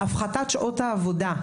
הפחתת שעות העבודה,